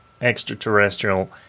extraterrestrial